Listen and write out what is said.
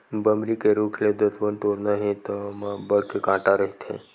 बमरी के रूख ले दतवत टोरना हे त ओमा अब्बड़ के कांटा रहिथे